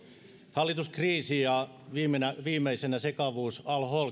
hallituskriisi ja viimeisenä viimeisenä sekavuus al hol